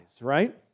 right